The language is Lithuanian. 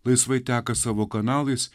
laisvai teka savo kanalais